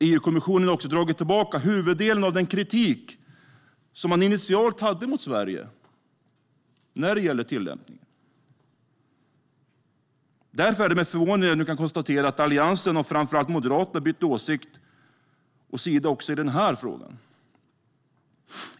EU-kommissionen har också dragit tillbaka huvuddelen av den kritik som den initialt hade mot Sverige när det gäller tillämpning. Det är därför med förvåning jag nu konstaterar att Alliansen och framför allt Moderaterna har bytt åsikt och sida också i den här frågan.